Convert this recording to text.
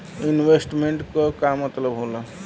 Investment क का मतलब हो ला?